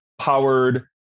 Powered